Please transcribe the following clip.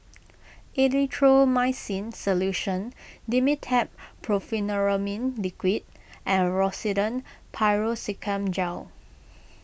Erythroymycin Solution Dimetapp Brompheniramine Liquid and Rosiden Piroxicam Gel